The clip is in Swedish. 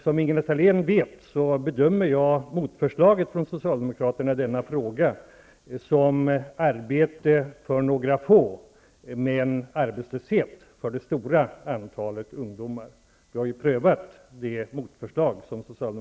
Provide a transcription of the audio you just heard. Som Ingela Thalén vet bedömer jag motförslaget från Socialdemokraterna i denna fråga som arbete för några få, men arbetslöshet för det stora antalet ungdomar. Vi har ju prövat det motförslag som